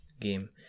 game